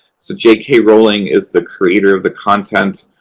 so j k. rowling is the creator of the content.